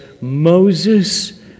Moses